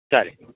चालेल